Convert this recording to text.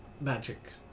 magic